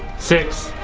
six,